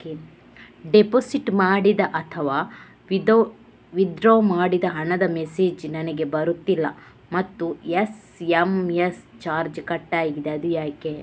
Deposit ಮಾಡಿದ ಅಥವಾ withdraw ಮಾಡಿದ ಹಣದ ಮೆಸೇಜ್ ನನಗೆ ಬರುತ್ತಿಲ್ಲ ಮತ್ತು ಎಸ್.ಎಂ.ಎಸ್ ಚಾರ್ಜ್ ಕಟ್ಟಾಗಿದೆ ಅದು ಯಾಕೆ?